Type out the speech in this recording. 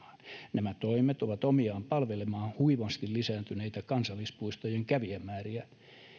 nämä toimet ovat omiaan palvelemaan huimasti lisääntyneitä kansallispuistojen kävijämääriä